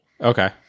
Okay